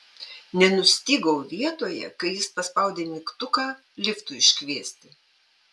nenustygau vietoje kai jis paspaudė mygtuką liftui iškviesti